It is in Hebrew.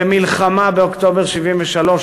במלחמה באוקטובר 1973,